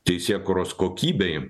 teisėkūros kokybei